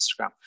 Instagram